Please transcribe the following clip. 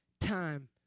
time